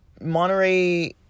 Monterey